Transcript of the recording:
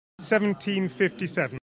1757